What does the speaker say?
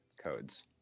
codes